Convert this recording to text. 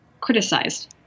criticized